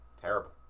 terrible